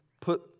put